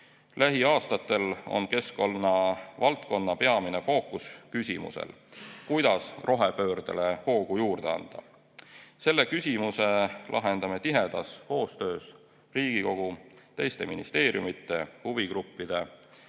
Lähiaastatel on keskkonna valdkonna peamine fookus küsimusel, kuidas rohepöördele hoogu juurde anda. Selle küsimuse lahendame tihedas koostöös Riigikogu, teiste ministeeriumide, huvigruppide,